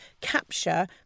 capture